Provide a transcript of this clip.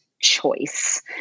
choice